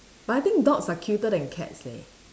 but I think dogs are cuter than cats leh